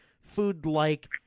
food-like